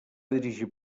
dirigir